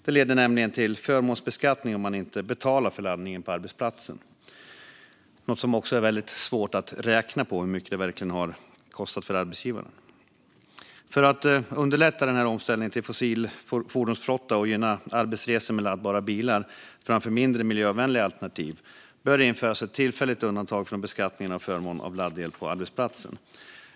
Det leder nämligen till förmånsbeskattning om man inte betalar för laddningen på arbetsplatsen, och hur mycket det verkligen kostar för arbetsgivaren är också svårt att räkna på. För att underlätta omställningen till en fossilfri fordonsflotta och gynna arbetsresor med laddbara bilar framför mindre miljövänliga alternativ bör det införas ett tillfälligt undantag från beskattning av förmån av laddel på arbetsplatsen.